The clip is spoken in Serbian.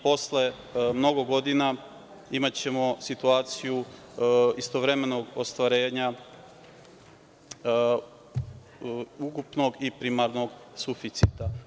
Posle mnogo godina imaćemo situaciju istovremenog ostvarenja ukupnog i primarnog suficita.